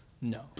No